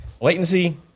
latency